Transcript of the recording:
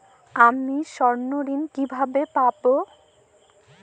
আমি স্বর্ণঋণ কিভাবে পাবো?